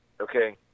Okay